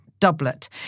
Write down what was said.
doublet